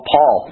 Paul